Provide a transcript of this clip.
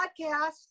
podcast